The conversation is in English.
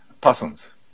persons